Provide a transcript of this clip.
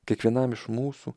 kiekvienam iš mūsų